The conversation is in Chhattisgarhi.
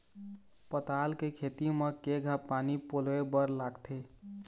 पताल के खेती म केघा पानी पलोए बर लागथे?